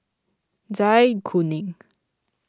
Zai Kuning